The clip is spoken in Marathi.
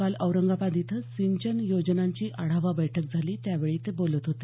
काल औरंगाबाद इथं सिंचन योजनांची आढावा बैठक झाली त्यावेळी ते बोलत होते